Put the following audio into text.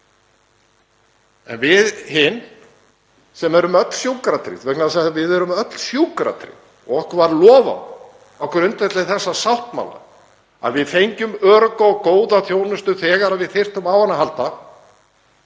En við hin sem erum öll sjúkratryggð, vegna þess að við erum öll sjúkratryggð og okkur var lofað á grundvelli þessa sáttmála að við fengjum örugga og góða þjónustu þegar við þyrftum á henni að halda,